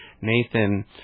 nathan